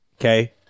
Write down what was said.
okay